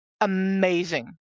amazing